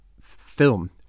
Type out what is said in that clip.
film